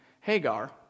Hagar